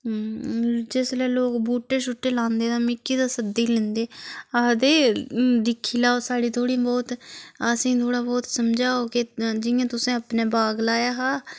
जिसलै लोक बूहटे छुह्टे लांदे तां मिकी ते सद्दी लैंदे आखदे दिक्खी लैओ साढ़ी थोह्ड़ी बौह्त असें थोह्ड़ा बोह्त समझाओ कि जियां तुसें अपने बाग लाया हा